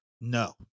No